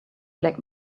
black